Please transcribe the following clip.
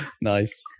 Nice